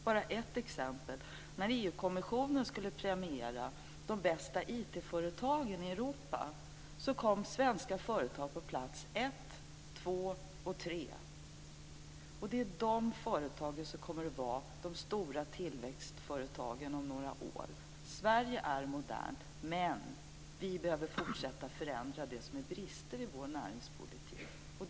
Bara ett exempel: När EU-kommissionen skulle premiera de bästa IT företagen i Europa kom svenska företag på plats ett, två och tre. Det är de företagen som kommer att vara de stora tillväxtföretagen om några år. Sverige är modernt, men vi behöver fortsätta att förändra brister i vår näringspolitik.